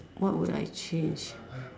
what would I change